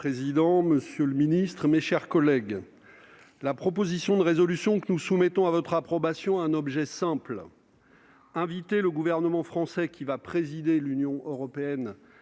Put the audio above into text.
Monsieur le président, monsieur le ministre, mes chers collègues, la proposition de résolution que nous soumettons à votre approbation a un objet simple : inviter le gouvernement français, qui va présider le Conseil